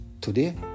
today